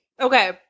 Okay